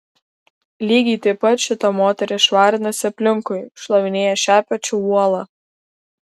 lygiai taip pat šita moteris švarinasi aplinkui šlavinėja šepečiu uolą